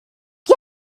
you